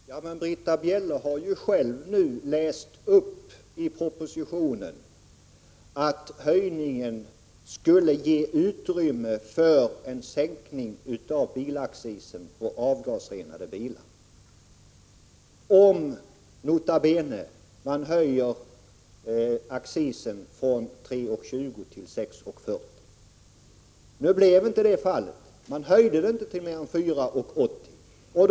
Herr talman! Britta Bjelle har nu själv läst i propositionen att höjningen skulle ge utrymme för en sänkning av bilaccisen på avgasrenade bilar om man —- nota bene! — höjde accisen från 3:20 kr. till 6:40 kr. Nu blev så inte fallet, utan accisen höjdes inte till mer än 4:80 kr.